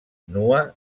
nua